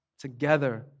together